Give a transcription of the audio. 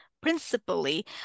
principally